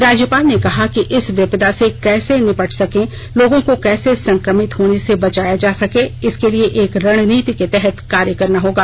राज्यपाल कहा कि इस विपदा से कैसे निबट सकें लोगों को कैसे संक्रमित होने से बचाया जा सके इसके लिये एक रणनीति के तहत कार्य करना होगा